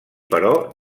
però